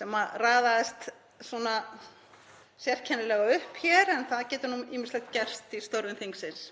sem raðaðist svona sérkennilega upp hér en það getur ýmislegt gerst í störfum þingsins.